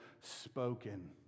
spoken